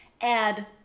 add